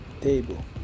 table